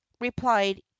replied